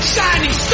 Shining